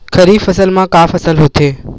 खरीफ फसल मा का का फसल होथे?